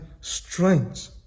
strength